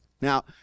now